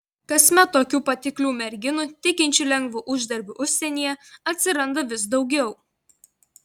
kasmet tokių patiklių merginų tikinčių lengvu uždarbiu užsienyje atsiranda vis daugiau